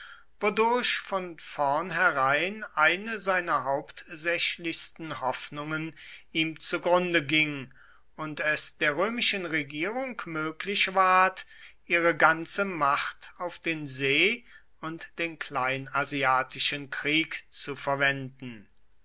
wodurch von vornherein eine seiner hauptsächlichsten hoffnungen ihm zugrunde ging und es der römischen regierung möglich ward ihre ganze macht auf den see und den kleinasiatischen krieg zu verwenden